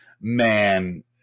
man